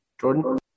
Jordan